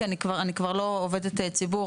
כי אני כבר לא עובדת ציבור.